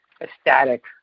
ecstatic